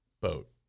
boat